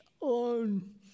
on